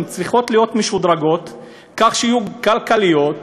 צריכות להיות משודרגות כך שיהיו כלכליות,